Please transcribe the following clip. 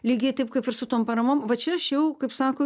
lygiai taip kaip ir su tom paramom va čia aš jau kaip sako